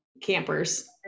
campers